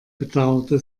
bedauerte